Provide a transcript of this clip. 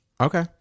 okay